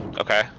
Okay